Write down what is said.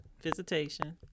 visitation